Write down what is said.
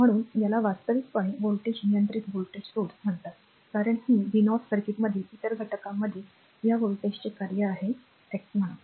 म्हणून याला वास्तविकपणे व्होल्टेज नियंत्रित व्होल्टेज स्त्रोत म्हणतात कारण ही v 0 सर्किटमधील इतर घटकांमध्ये या व्होल्टेजचे कार्य आहे x म्हणा